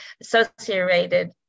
associated